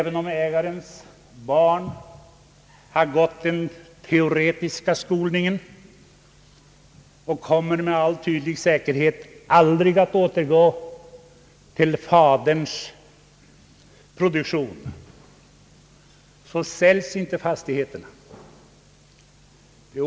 Även om ägarens barn har fått teoretisk skolning och med all säkerhet aldrig kommer att återgå till faderns yrke säljer man inte fastigheten.